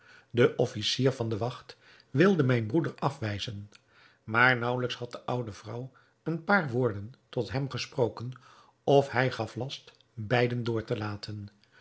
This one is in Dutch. de officier van de wacht wilde mijn broeder afwijzen maar naauwelijks had de oude vrouw een paar woorden tot hem gesproken of hij gaf last beiden door te laten